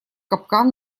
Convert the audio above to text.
капкан